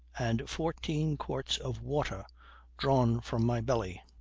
and fourteen quarts of water drawn from my belly.